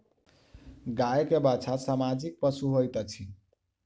गाय के बाछा सामाजिक पशु होइत अछि